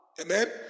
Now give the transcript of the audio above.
Amen